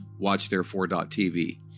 watchtherefore.tv